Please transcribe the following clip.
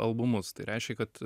albumus tai reiškė kad